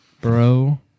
bro